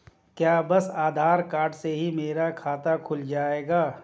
क्या बस आधार कार्ड से ही मेरा खाता खुल जाएगा?